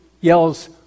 yells